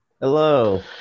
Hello